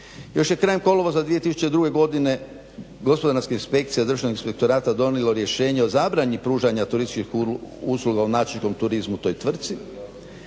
Još je krajem kolovoza 2002.godine Gospodarska inspekcija državnog inspektorata donijelo rješenje o zabrani pružanja turističkih usluga u … turizmu u toj tvrtci